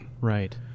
right